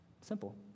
Simple